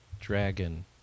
Dragon